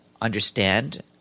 understand